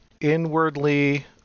inwardly